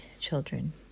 children